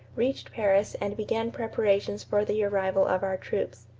reached paris and began preparations for the arrival of our troops.